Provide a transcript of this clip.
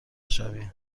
شوی